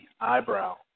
eyebrow